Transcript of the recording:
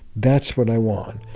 that's what i want.